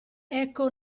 ecco